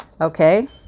Okay